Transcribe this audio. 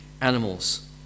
animals